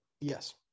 Yes